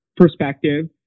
perspective